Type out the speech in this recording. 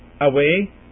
away